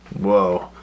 Whoa